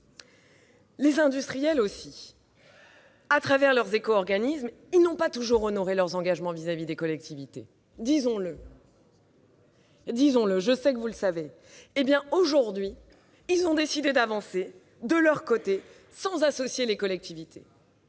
aux industriels, au travers de leurs éco-organismes, ils n'ont pas toujours honoré leurs engagements vis-à-vis des collectivités. Disons-le ! Je sais que vous le savez. Eh bien, aujourd'hui, ils ont décidé d'avancer de leur côté, sans associer les collectivités.